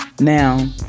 now